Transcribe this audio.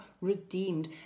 redeemed